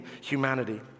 humanity